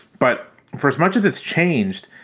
but for as much as it's changed,